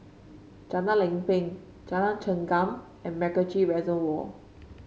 Jalan Lempeng Jalan Chengam and MacRitchie Reservoir